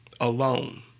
alone